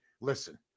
listen